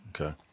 Okay